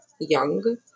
young